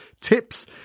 tips